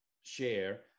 share